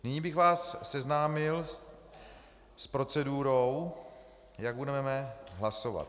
Nyní bych vás seznámil s procedurou, jak budeme hlasovat.